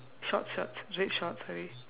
shorts shorts red shorts sorry